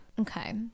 okay